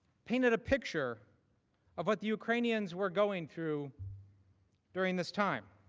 painted a picture of what ukrainians were going through during this time.